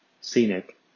scenic